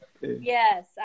Yes